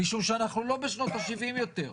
משום שאנחנו לא בשנות ה-70' יותר.